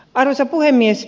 arvoisa puhemies